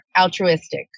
altruistic